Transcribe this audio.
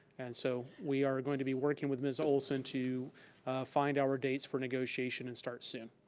and so we are going to be working with ms. olson to find our dates for negotiation and start soon.